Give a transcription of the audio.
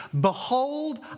Behold